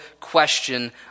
question